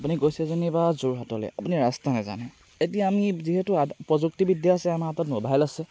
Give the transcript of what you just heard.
আপুনি গৈছে যেনিবা যোৰহাটলে আপুনি ৰাস্তা নেজানে এতিয়া আমি যিহেতু প্ৰযুক্তিবিদ্যা আছে আমাৰ হাতত মোবাইল আছে